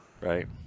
right